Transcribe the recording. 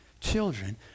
Children